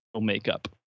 makeup